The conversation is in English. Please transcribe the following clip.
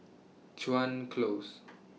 Chuan Close